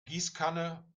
gießkanne